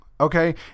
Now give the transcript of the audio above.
Okay